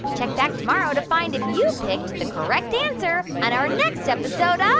check back tomorrow to find if you picked the correct answer on our next episode um